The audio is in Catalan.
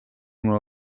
una